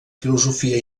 filosofia